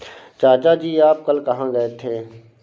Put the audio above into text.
चाचा जी आप कल कहां गए थे?